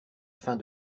fin